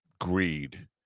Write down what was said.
greed